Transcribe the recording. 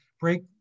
break